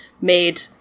made